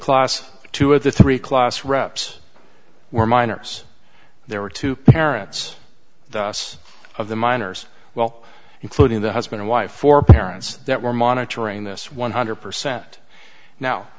class two of the three class reps were miners there were two parents thus of the miners well including the husband or wife or parents that were monitoring this one hundred percent now